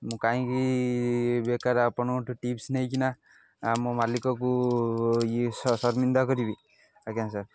ମୁଁ କାହିଁକି ବେକାର ଆପଣଙ୍କଠୁ ଟିପ୍ସ ନେଇକିନା ଆମ ମାଲିକକୁ ଇଏ ସର୍ମିନ୍ଦା କରିବି ଆଜ୍ଞା ସାର୍